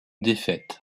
défaites